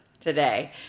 today